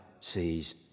sees